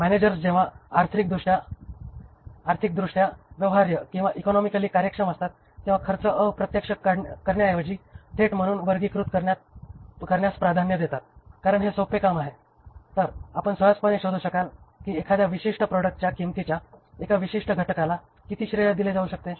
managers जेव्हा आर्थिकदृष्ट्या व्यवहार्य किंवा इकॉनॉमिकली कार्यक्षम असतात तेव्हा खर्च अप्रत्यक्ष करण्याऐवजी थेट म्हणून वर्गीकृत करण्यास प्राधान्य देतात कारण हे सोपे काम आहे जर आपण सहजपणे शोधू शकाल की एखाद्या विशिष्ट प्रॉडक्टच्या किंमतीच्या एका विशिष्ट घटकाला किती श्रेय दिले जाऊ शकते